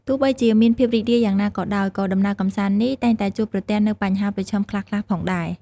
ទោះបីជាមានភាពរីករាយយ៉ាងណាក៏ដោយ ក៏ដំណើរកម្សាន្តនេះតែងតែជួបប្រទះនូវបញ្ហាប្រឈមខ្លះៗផងដែរ។